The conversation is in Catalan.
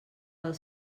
del